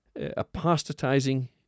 apostatizing